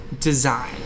Design